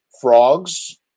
Frogs